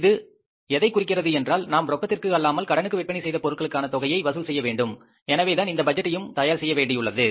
இது எதைக் குறிக்கிறது என்றால் நாம் ரொக்கத்திற்கு அல்லாமல் கடனுக்கு விற்பனை செய்த பொருட்களுக்கான தொகையை வசூல் செய்ய வேண்டும் எனவேதான் இந்த பட்ஜெட்டையும் தயார் செய்ய வேண்டியுள்ளது